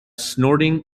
snorting